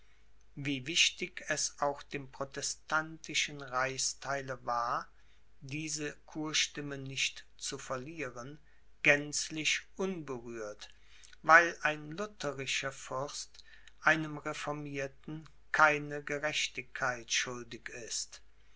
wie wichtig es auch dem protestantischen reichstheile war diese kurstimme nicht zu verlieren gänzlich unberührt weil ein lutherischer fürst einem reformierten keine gerechtigkeit schuldig ist